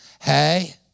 Hey